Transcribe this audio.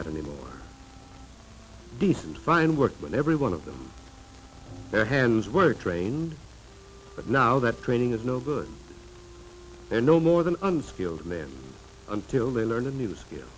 at any more decent fine work when every one of them their hands were trained but now that training is no good they're no more than unskilled men until they learn a new skill